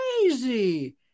crazy